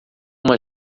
uma